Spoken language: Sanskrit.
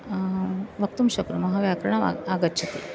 वक्तुं शक्नुमः व्याकरणम् आग् आगच्छति